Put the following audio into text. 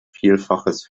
vielfaches